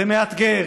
זה מאתגר,